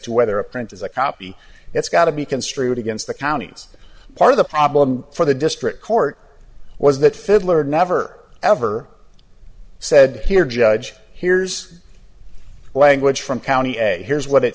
to whether a print is a copy it's got to be construed against the counties part of the problem for the district court was that fiddler never ever said here judge here's language from county here's what it